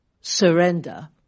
surrender